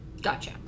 Gotcha